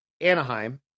Anaheim